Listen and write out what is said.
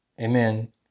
Amen